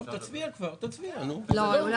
נכון.